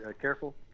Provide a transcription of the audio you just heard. careful